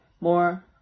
more